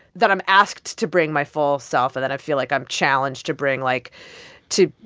that i'm asked to bring my full self that i feel like i'm challenged to bring, like to,